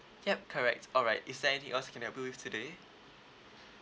yup correct alright is there anything else I can help you with today